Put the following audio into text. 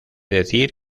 decir